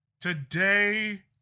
Today